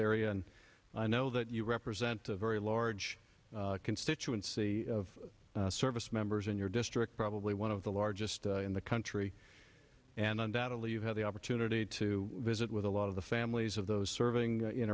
area and i know that you represent a very large constituency of service members in your district probably one of the largest in the country and undoubtedly you've had the opportunity to visit with a lot of the families of those serving in